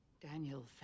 Daniel